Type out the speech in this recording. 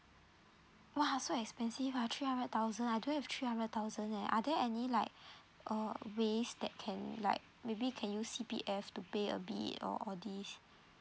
!wah! so expensive ah three hundred thousand ah I don't have three thousand leh are there any like uh ways that can like maybe can use C_P_F to pay a bit all all these